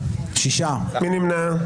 מי נמנע?